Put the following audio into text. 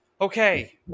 Okay